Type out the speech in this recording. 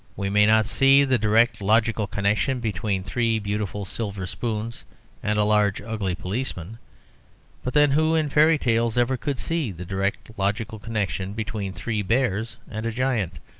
we may not see the direct logical connection between three beautiful silver spoons and a large ugly policeman but then who in fairy tales ever could see the direct logical connection between three bears and a giant,